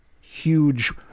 huge